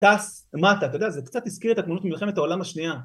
טס, מטה, אתה יודע, זה קצת הזכיר את התמונות ממלחמת העולם השנייה.